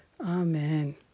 Amen